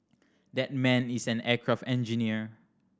that man is an aircraft engineer